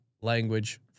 language